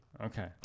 okay